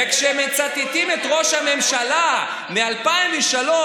וכשמצטטים את ראש הממשלה מ-2003,